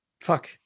fuck